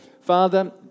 Father